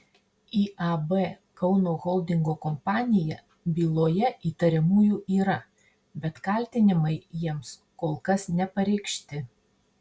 iab kauno holdingo kompanija byloje įtariamųjų yra bet kaltinimai jiems kol kas nepareikšti